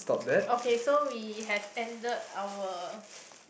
okay so we have ended our